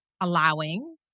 allowing